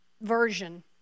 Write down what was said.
version